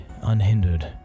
unhindered